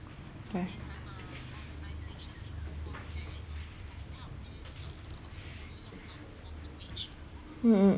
okay mm